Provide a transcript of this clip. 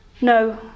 No